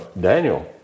Daniel